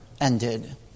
ended